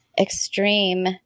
extreme